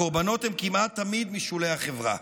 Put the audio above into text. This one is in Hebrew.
הקורבנות הם כמעט תמיד משולי החברה.